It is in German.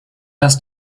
dass